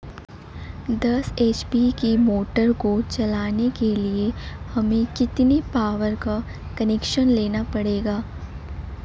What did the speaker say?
दस एच.पी की मोटर को चलाने के लिए हमें कितने पावर का कनेक्शन लेना पड़ेगा?